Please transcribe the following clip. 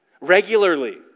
Regularly